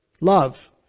love